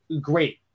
great